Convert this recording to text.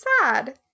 sad